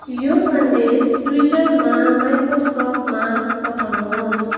यो सन्देश ट्विटरमा माइक्रोस्कपमा पठाउनुहोस्